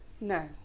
No